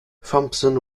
thompson